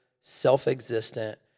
self-existent